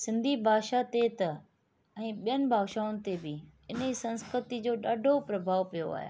सिंधी भाषा ते त ऐं ॿियनि भाषाउनि ते बि हिन संस्कृतिअ जो ॾाढो प्रभाव पियो आहे